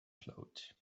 float